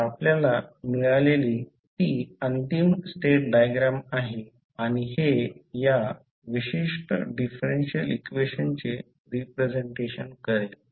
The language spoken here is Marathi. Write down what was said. तर आपल्याला मिळालेली ती अंतिम स्टेट डायग्राम आहे आणि हे या विशिष्ट डिफरेन्शियल इक्वेशनचे रिप्रेझेंटेशन करेल